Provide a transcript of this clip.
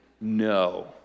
no